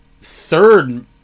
third